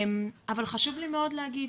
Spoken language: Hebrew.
אבל חשוב לי מאוד להגיד,